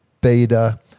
beta